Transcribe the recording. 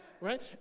Right